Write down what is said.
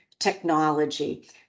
technology